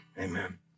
Amen